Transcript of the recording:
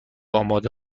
آماده